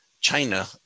China